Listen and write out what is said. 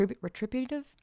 Retributive